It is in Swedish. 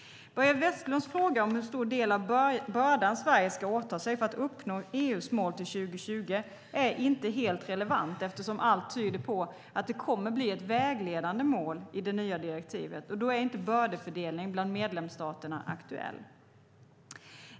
Börje Vestlunds fråga om hur stor del av bördan Sverige ska åta sig för att uppnå EU:s mål till 2020 är inte helt relevant, eftersom allt tyder på att det kommer att bli ett vägledande mål i det nya direktivet, och då är inte bördefördelning bland medlemsstaterna aktuell.